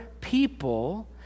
people